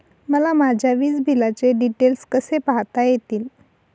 मला माझ्या वीजबिलाचे डिटेल्स कसे पाहता येतील?